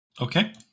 Okay